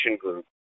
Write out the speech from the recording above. group